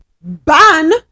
ban